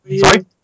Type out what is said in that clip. sorry